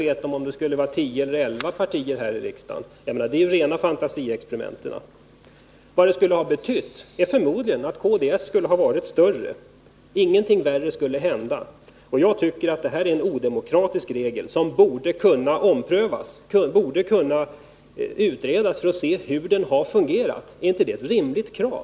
Mina tankar är nämligen grundade på vissa iakttagelser. Bertil Fiskesjös resonemang i den vägen är rena fantasier. Vad det skulle ha betytt är förmodligen att kds skulle ha varit större. Ingenting värre skulle hända. Jag tycker att spärregeln är odemokratisk och att det borde kunna utredas hur den har fungerat. Är inte det ett rimligt krav?